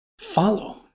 follow